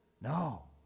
No